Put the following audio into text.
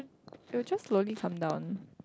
it'll just slowly come down